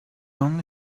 only